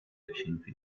action